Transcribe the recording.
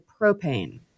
propane